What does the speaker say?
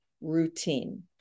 routine